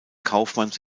kaufmanns